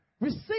Receive